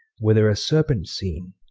were there a serpent seene,